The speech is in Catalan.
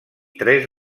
tres